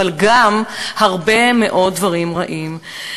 אבל גם הרבה מאוד דברים רעים.